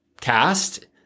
cast